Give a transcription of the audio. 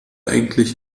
eigentlich